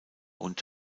und